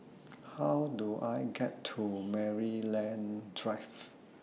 How Do I get to Maryland Drive